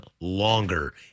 longer